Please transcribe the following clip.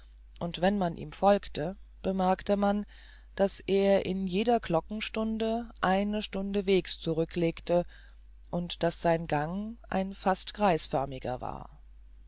und wenn man ihm folgte bemerkte man daß er in jeder glockenstunde eine stunde wegs zurücklegte und daß sein gang ein fast kreisförmiger war